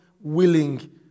willing